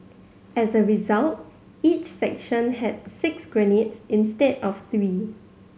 as a result each section had six grenades instead of three